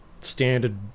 standard